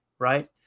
Right